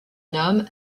nomment